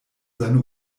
seine